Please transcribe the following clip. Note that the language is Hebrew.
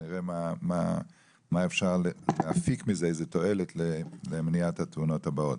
נראה איזו תועלת אפשר להפיק מזה למניעת התאונות הבאות.